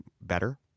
better